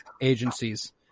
agencies